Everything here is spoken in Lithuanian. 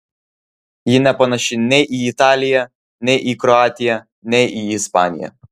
ji nepanaši nei į italiją nei į kroatiją nei į ispaniją